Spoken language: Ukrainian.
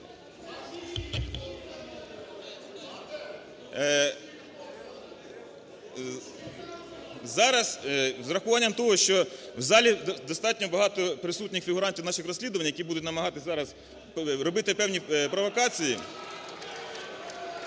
Зараз, з урахуванням того, що в залі достатньо багато присутніх фігурантів наших розслідувань, які будуть намагатися зараз робити певні провокації,